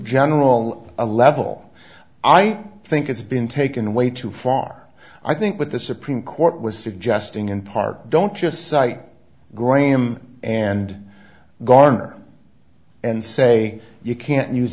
general a level i think it's been taken way too far i think what the supreme court was suggesting in part don't just cite graham and garner and say you can't use